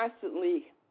constantly